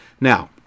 Now